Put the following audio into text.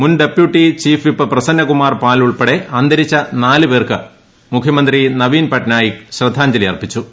മുൻ deputy chief whip Prasannakumar Pal ഉൾപ്പെടെ അന്തരിച്ച നാല് പേർക്ക് മുഖ്യമന്ത്രി നവീൻ പട്നായിക് ശ്രദ്ധാഞ്ജലി അർപ്പിച്ചു